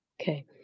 Okay